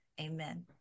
amen